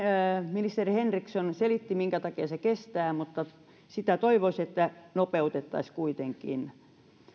ministeri henriksson selitti minkä takia se kestää mutta toivoisin että sitä nopeutettaisiin kuitenkin